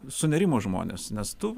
sunerimo žmonės nes tu